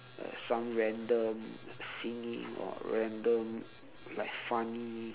some random singing or random like funny